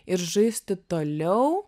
ir žaisti toliau